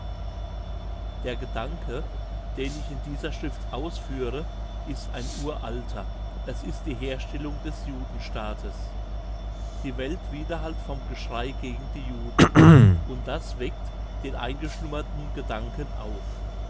der gedanke den ich in dieser schrift ausführe ist ein uralter es ist die herstellung des judenstaates die welt widerhallt vom geschrei gegen die juden und das weckt den eingeschlummerten gedanken auf